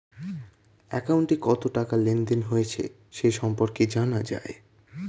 অ্যাকাউন্টে কত টাকা লেনদেন হয়েছে সে সম্পর্কে জানা যায়